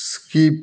skip